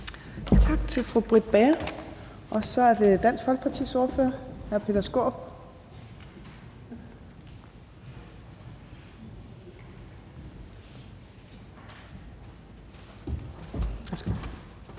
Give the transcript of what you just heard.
Tak til fru Britt Bager. Så er det Dansk Folkepartis ordfører, hr. Peter Skaarup.